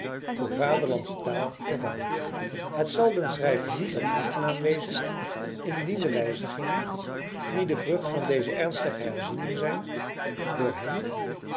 door vaderlandsche taal vervangen het zal den schrijver niet dan aangenaam wezen indien de wijzigingen die de vrucht van deze ernstige herziening zijn door hen